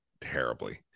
terribly